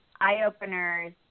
eye-openers